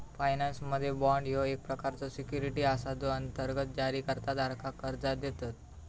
फायनान्समध्ये, बाँड ह्यो एक प्रकारचो सिक्युरिटी असा जो अंतर्गत जारीकर्ता धारकाक कर्जा देतत